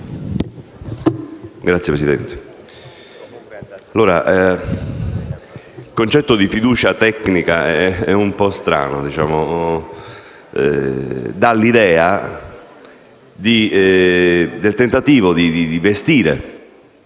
Signor Presidente, il concetto di fiducia tecnica è un po' strano e dà l'idea del tentativo di rivestire